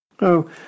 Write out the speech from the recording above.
Oh